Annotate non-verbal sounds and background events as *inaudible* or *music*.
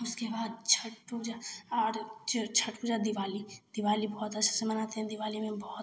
उसके बाद छठ पूजा और *unintelligible* छठ पूजा दिवाली दिवाली बहुत अच्छा से मनाते हैं दिवाली में हम बहुत